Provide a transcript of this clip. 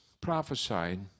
prophesied